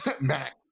Mac